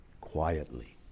quietly